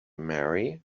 marry